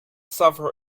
suffer